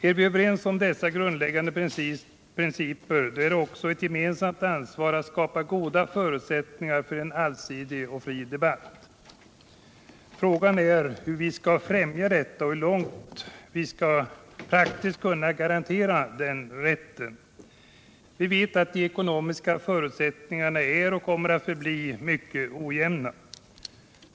Är vi överens om dessa grundläggande principer, är det också ett gemensamt ansvar att skapa goda förutsättningar för en allsidig och fri debatt. Frågan är då hur vi skall främja detta och så långt som möjligt praktiskt garantera den rätten. Vi vet att de ekonomiska förutsättningarna är och kommer att förbli mycket ojämna.